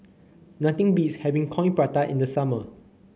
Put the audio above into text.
nothing beats having Coin Prata in the summer